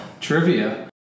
Trivia